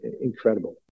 incredible